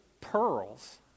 pearls